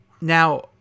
Now